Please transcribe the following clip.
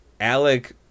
Alec